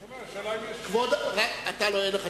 השאלה היא אם יש, לך אין תשובה.